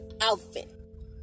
outfit